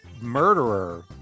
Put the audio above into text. murderer